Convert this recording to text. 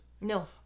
No